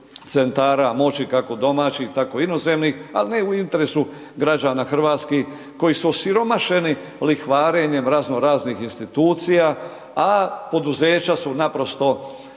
centara moći kako domaćih, tako inozemnih, al ne u interesu građana hrvatskih koji su osiromašeni lihvarenjem razno raznih institucija, a poduzeća su naprosto